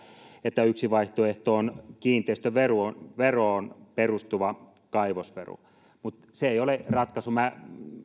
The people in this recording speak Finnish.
että yksi vaihtoehto on kiinteistöveroon perustuva kaivosvero mutta se ei ole ratkaisu minä